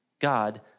God